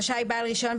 רשאי בעל רישיון,